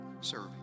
Serve